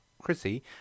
Chrissy